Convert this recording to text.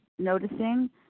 noticing